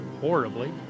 horribly